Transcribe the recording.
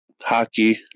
Hockey